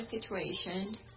situation